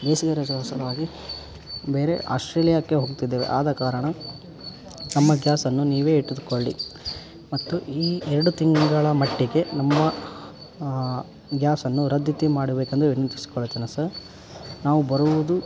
ಬೇಸಿಗೆ ರಜದ ಸಲುವಾಗಿ ಬೇರೆ ಆಸ್ಟ್ರೇಲಿಯಾಕ್ಕೆ ಹೋಗ್ತಿದ್ದೇವೆ ಆದ ಕಾರಣ ನಮ್ಮ ಗ್ಯಾಸನ್ನು ನೀವೇ ಇಟ್ಟುಕೊಳ್ಳಿ ಮತ್ತು ಈ ಎರಡು ತಿಂಗಳ ಮಟ್ಟಿಗೆ ನಮ್ಮ ಗ್ಯಾಸನ್ನು ರದ್ಧತಿ ಮಾಡಬೇಕೆಂದು ವಿನಂತಿಸಿಕೊಳ್ಳುತ್ತೇನೆ ಸರ್ ನಾವು ಬರುವುದು